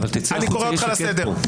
תצא החוצה, יהיה שקט פה.